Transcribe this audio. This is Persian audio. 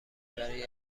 برای